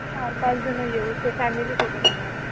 चार पाचजण येऊ फॅमिली सोबत येणार आहोत